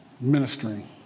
ministering